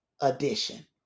edition